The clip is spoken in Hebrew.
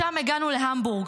משם הגענו להמבורג.